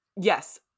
Yes